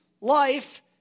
life